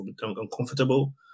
uncomfortable